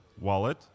wallet